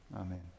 Amen